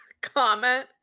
comment